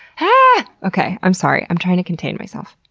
and okay. i'm sorry. i'm trying to contain myself.